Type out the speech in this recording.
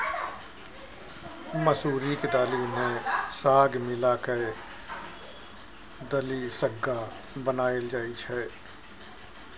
मसुरीक दालि मे साग मिला कय दलिसग्गा बनाएल जाइ छै